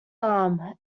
arm